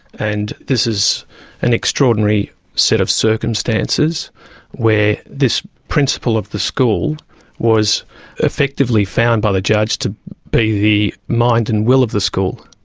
and this is an extraordinary set of circumstances where this principal of the school was effectively found by the judge to be the mind and will of the school,